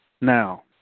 Now